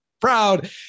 proud